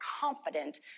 confident